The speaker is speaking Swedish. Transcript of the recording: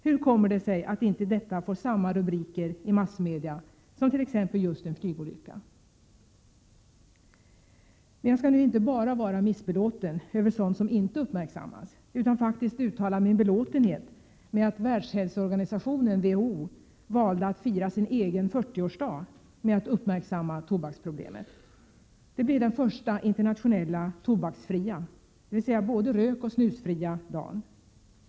Hur kommer det sig att detta inte får samma rubriker i massmedia som t.ex. just en flygolycka? Men jag skall nu inte bara vara missbelåten över sådant som inte uppmärksammas utan faktiskt uttala min belåtenhet över att Världshälsoorganisationen, WHO, valde att fira sin egen 40-årsdag med att uppmärksamma tobaksproblemen. Det blev den första internationella tobaksfria — dvs. både rökoch snusfria — dagen.